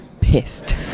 pissed